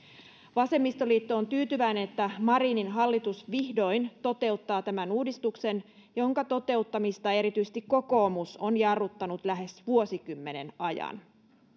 vasemmistoliitto on tyytyväinen että marinin hallitus vihdoin toteuttaa tämän uudistuksen jonka toteuttamista erityisesti kokoomus on jarruttanut lähes vuosikymmenen ajan